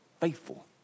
faithful